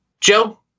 Joe